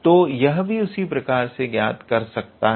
तो यह भी उसी प्रकार से ज्ञात किया जा सकता है